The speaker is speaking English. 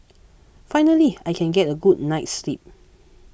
finally I can get a good night's sleep